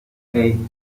hei